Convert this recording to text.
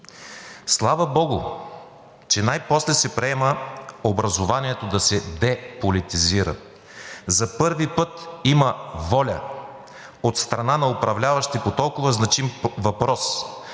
„Слава богу, че най-после се приема образованието да се деполитизира. За първи път има воля от страна на управляващи по толкова значим въпрос